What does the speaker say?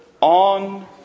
on